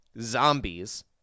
zombies